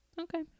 okay